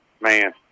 Man